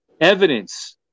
evidence